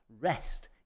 rest